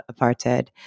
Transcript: apartheid